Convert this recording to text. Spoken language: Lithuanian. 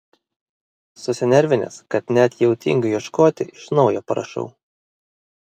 susinervinęs kad net jau tingiu ieškoti iš naujo parašau